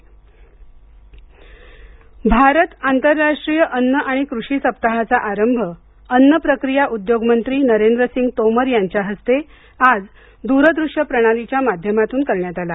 कृषी साप्ताह भारत आंतरराष्ट्रीय अन्न आणि कृषी सप्ताहाचा आरंभ अन्न प्रक्रिया उद्योग मंत्री नरेंद्र सिंग तोमर यांच्या हस्ते आज दूरदृश्य प्रणालीच्या माध्यमातून करण्यात आला